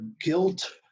Guilt